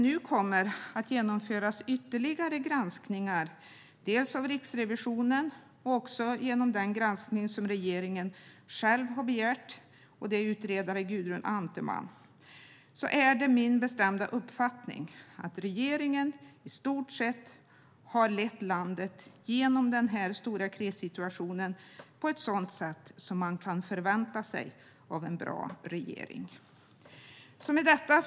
Nu kommer det att genomföras ytterligare granskningar, dels av Riksrevisionen, dels genom den granskning som regeringen själv har begärt - regeringens egen utredare är Gudrun Antemar. Men det är min bestämda uppfattning att regeringen i stort sett har lett landet genom den här stora krissituationen på ett sådant sätt som man kan förvänta sig av en bra regering. Fru talman!